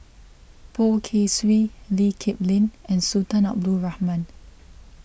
Poh Kay Swee Lee Kip Lin and Sultan Abdul Rahman